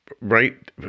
right